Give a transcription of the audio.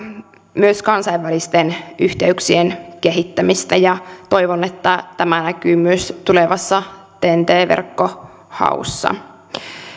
myös kansainvälisten yhteyksien kehittämistä ja toivon että tämä näkyy myös tulevassa ten t verkkohaussa